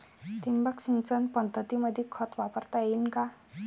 ठिबक सिंचन पद्धतीमंदी खत वापरता येईन का?